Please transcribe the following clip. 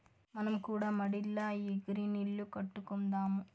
మనం కూడా మడిల ఈ గ్రీన్ ఇల్లు కట్టుకుందాము